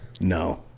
No